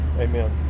amen